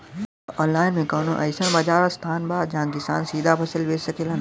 का आनलाइन मे कौनो अइसन बाजार स्थान बा जहाँ किसान सीधा फसल बेच सकेलन?